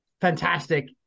Fantastic